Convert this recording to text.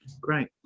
great